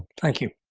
thank you.